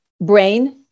brain